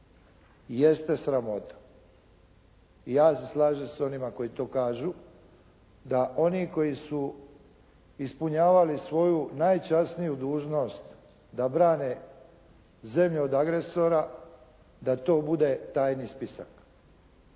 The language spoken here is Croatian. jeste sramota. I ja se slažem s onima koji to kažu, da oni koji su ispunjavali svoju najčasniju dužnost da brane zemlju od agresora, da to bude tajni spisak.